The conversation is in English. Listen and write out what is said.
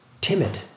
timid